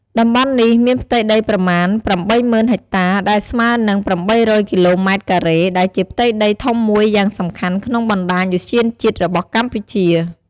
តំបន់នេះមានផ្ទៃដីប្រមាណ ៨០,០០០ ហិចតា ដែលស្មើនឹង ៨០០ គីឡូម៉ែត្រការ៉េ ដែលជាផ្ទៃដីធំមួយយ៉ាងសំខាន់ក្នុងបណ្តាញឧទ្យានជាតិរបស់កម្ពុជា។